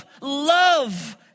love